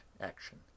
action